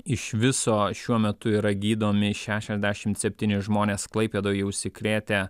iš viso šiuo metu yra gydomi šešiasdešim septyni žmonės klaipėdoje užsikrėtę